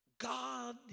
God